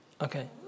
Okay